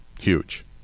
Huge